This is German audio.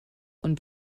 und